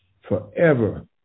forever